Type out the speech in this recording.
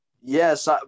Yes